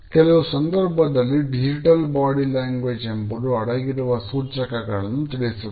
ಕೆಲವು ಸಂದರ್ಭದಲ್ಲಿ digital body language ಎಂಬುದು ಅಡಗಿರುವ ಸೂಚಕಗಳನ್ನು ತಿಳಿಸುತ್ತದೆ